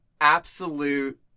absolute